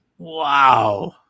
wow